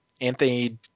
Anthony